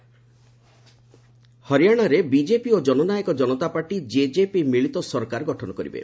ହରିଆଣା ହରିଆଣାରେ ବିଜେପି ଓ Jannayak Janta party JJP ମିଳିତ ସରକାର ଗଠନ କରିବେ